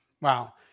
Wow